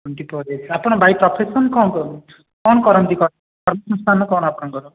twenty four years ଆପଣ by profession କ'ଣ କରନ୍ତି କ'ଣ କରନ୍ତି ପ୍ରୋଫେସନ୍ କ'ଣ ଆପଣଙ୍କର